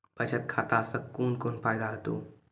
बचत खाता सऽ कून कून फायदा हेतु?